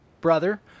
Brother